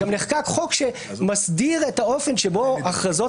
נחקק חוק שמסדיר את האופן שבו הכרזות